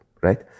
right